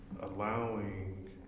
allowing